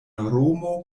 romo